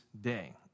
day